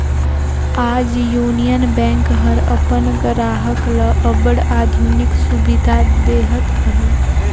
आज Union Bank हर अपन गराहक ल अब्बड़ आधुनिक सुबिधा देहत अहे